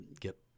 get